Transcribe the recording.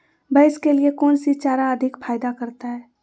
भैंस के लिए कौन सी चारा अधिक फायदा करता है?